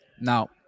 Now